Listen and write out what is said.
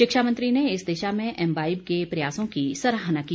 शिक्षा मंत्री ने इस दिशा में एम्बाईब के प्रयासों की सराहना की